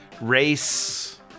race